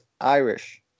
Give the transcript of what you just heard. Irish